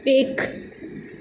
ایک